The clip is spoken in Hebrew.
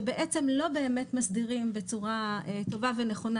שבעצם לא באמת מסדירים בצורה טובה ונכונה,